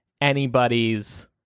anybody's